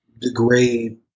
degrade